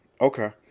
Okay